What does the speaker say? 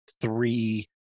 three